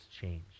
change